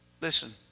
Listen